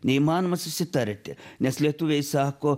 neįmanoma susitarti nes lietuviai sako